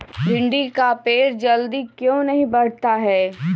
भिंडी का पेड़ जल्दी क्यों नहीं बढ़ता हैं?